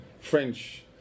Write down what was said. French